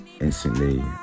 instantly